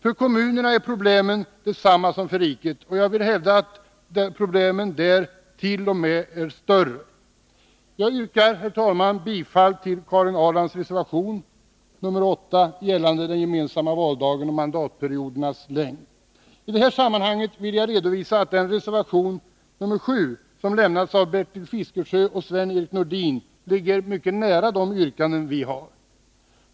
För kommunerna är problemen desamma som för riket, och jag vill hävda att problemen i kommunerna t.o.m. är större. Herr talman! Jag yrkar bifall till Karin Ahrlands reservation, nr 8, om gemensam valdag och mandatperiodernas längd. I detta sammanhang vill jag redovisa att reservation nr 7 av Bertil Fiskesjö och Sven-Erik Nordin ligger mycket nära de yrkanden vi har.